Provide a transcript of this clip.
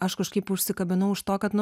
aš kažkaip užsikabinau už to kad nu